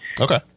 okay